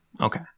Okay